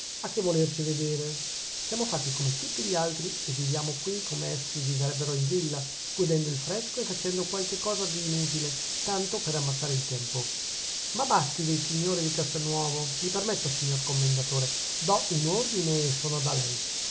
a che volerci vedere siamo fatti come tutti gli altri e viviamo qui come essi vivrebbero in villa godendo il fresco e facendo qualche cosa d'inutile tanto per ammazzare il tempo ma basti dei signori di castelnuovo mi permetta signor commendatore dò un ordine e sono da lei